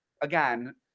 again